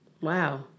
Wow